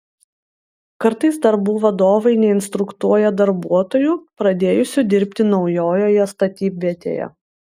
kartais darbų vadovai neinstruktuoja darbuotojų pradėjusių dirbti naujoje statybvietėje